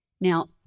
Now